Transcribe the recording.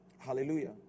Hallelujah